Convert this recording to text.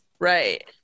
Right